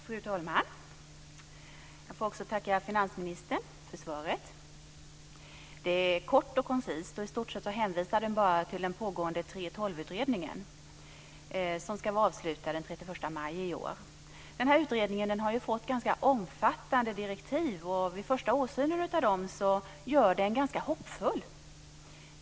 Fru talman! Jag får också tacka finansministern för svaret. Det är kort och koncist. I stort sett hänvisas det bara till den pågående 3:12-utredningen som ska vara avslutad den 31 maj i år. Utredningen har fått ganska omfattande direktiv. Vid första åsynen av dem blir man ganska hoppfull.